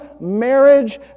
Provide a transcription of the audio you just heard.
marriage